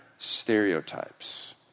Stereotypes